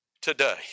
today